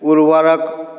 उर्वरक